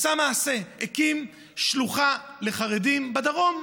הוא עשה מעשה והקים שלוחה לחרדים בדרום.